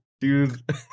dude